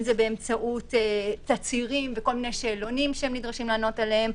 אם זה באמצעות תצהירים וכל מיני שאלונים שהם מתבקשים לענות עליהם.